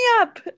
up